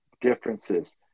differences